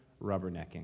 rubbernecking